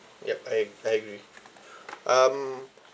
yup I I agree um